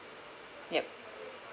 yup